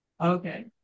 Okay